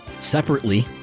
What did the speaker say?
Separately